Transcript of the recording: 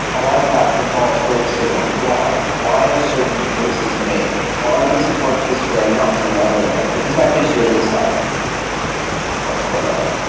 a lot of that involves focusing on why. why are certain choices made? why does it work this way and not another way? because that gives you an insight into what's going on.